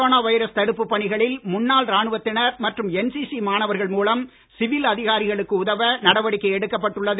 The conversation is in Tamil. கொரோனா வைரஸ் தடுப்புப் பணிகளில் முன்னாள் ராணுவத்தினர் மற்றும் என்சிசி மாணவர்கள் மூலம் சிவில் அதிகாரிகளுக்கு உதவ நடவடிக்கை எடுக்கப்பட்டுள்ளது